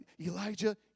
Elijah